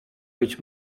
być